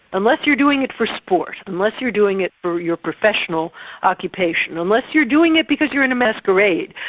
unless you're doing it for sport, unless you're doing it for your professional occupation, unless you're doing it because you're in a masquerade,